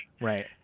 right